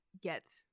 get